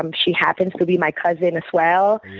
um she happens to be my cousin as well.